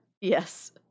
yes